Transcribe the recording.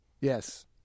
Yes